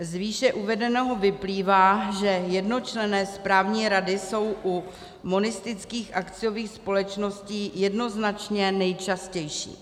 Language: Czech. Z výše uvedeného vyplývá, že jednočlenné správní rady jsou u monistických akciových společností jednoznačně nejčastější.